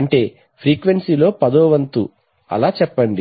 అంటే ఫ్రీక్వెన్సీలో పదోవంతు లాగా అని చెప్పండి